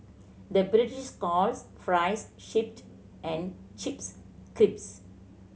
the British calls fries and chips crisps